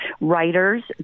writers